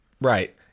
Right